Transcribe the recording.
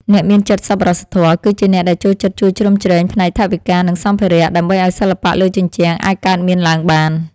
អ្នកមានចិត្តសប្បុរសធម៌ គឺជាអ្នកដែលចូលចិត្តជួយជ្រោមជ្រែងផ្នែកថវិកា និងសម្ភារៈ ដើម្បីឱ្យសិល្បៈលើជញ្ជាំងអាចកើតមានឡើងបាន។